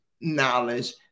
knowledge